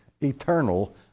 eternal